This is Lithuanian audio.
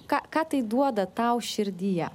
ką ką tai duoda tau širdyje